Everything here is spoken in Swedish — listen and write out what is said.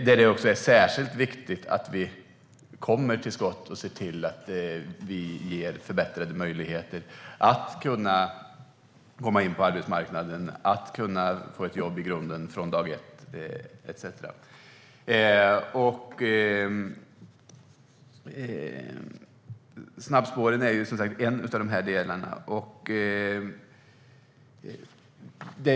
Det är särskilt viktigt att vi kommer till skott och ser till att vi ger förbättrade möjligheter för människor att komma in på arbetsmarknaden, att få ett jobb från dag ett etcetera. Snabbspåren är en av de här delarna.